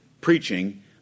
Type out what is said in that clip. preaching